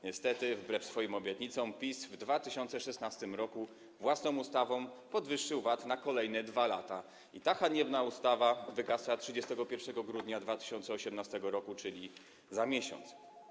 Niestety, wbrew swoim obietnicom PiS w 2016 r. własną ustawą podwyższył VAT na kolejne 2 lata i ta haniebna ustawa wygasa 31 grudnia 2018 r., czyli za miesiąc.